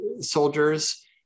soldiers